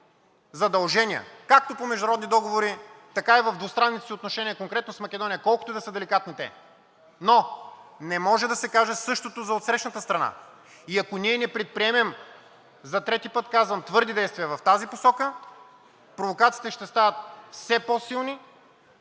задължения, както по международни договори, така и в двустранните си отношения конкретно с Македония, колкото и да са деликатни те. Но не може да се каже същото за отсрещната страна и ако ние не предприемем, за трети път казвам, твърди действия в тази посока, провокациите ще стават все по-силни